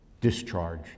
discharge